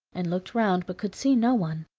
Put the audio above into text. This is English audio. and looked round, but could see no one.